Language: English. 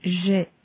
j'ai